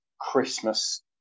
Christmas